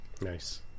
nice